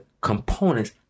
components